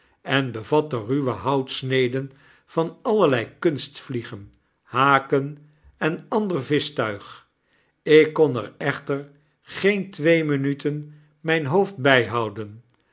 en bevatte ruwe houtsneden vanallerleikunstvliegen haken en ander vischtuig ik kon er echter geen twee minuten mijn hoofd bij